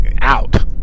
out